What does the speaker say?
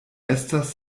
estas